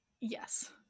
Yes